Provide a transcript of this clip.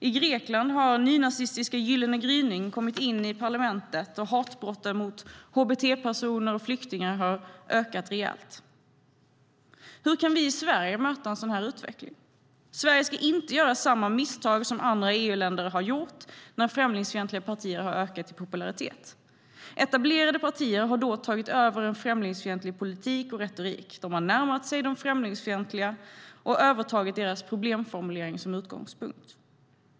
I Grekland har nynazistiska Gyllene gryning kommit in i parlamentet, och hatbrotten mot hbt-personer och flyktingar har ökat rejält. Hur kan vi i Sverige möta en sådan här utveckling? Sverige ska inte göra samma misstag som andra EU-länder har gjort när främlingsfientliga partier har ökat i popularitet. Etablerade partier har då tagit över en främlingsfientlig retorik och politik. De har närmat sig de främlingsfientliga och övertagit deras problemformulering som utgångspunkt.